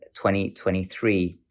2023